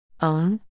Own